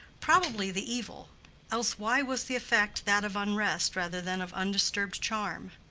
probably the evil else why was the effect that of unrest rather than of undisturbed charm?